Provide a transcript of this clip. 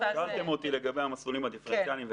שאלתם אותי לגבי המסלולים הדיפרנציאליים.